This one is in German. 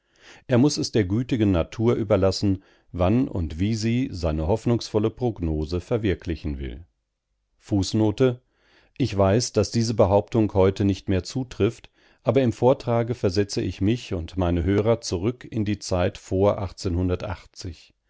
er muß es der gütigen natur überlassen wann und wie sie seine hoffnungsvolle prognose verwirklichen will ich weiß daß diese behauptung heute nicht mehr zutrifft aber im vortrage versetze ich mich und meine hörer zurück in die zeit vor